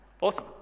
Awesome